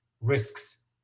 risks